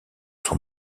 son